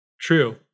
True